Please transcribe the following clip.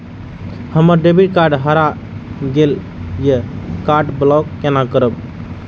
हमर debit card हरा गेल ये कार्ड ब्लॉक केना करब?